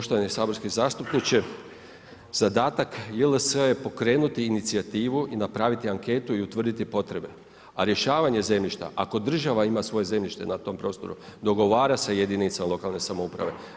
Poštovani saborski zastupniče, zadatak JLS-a je pokrenuti inicijativu i napraviti anketu i utvrditi potrebe a rješavanje zemljišta, ako država ima svoje zemljište na tom prostoru, dogovara sa jedinicom lokalne samouprave.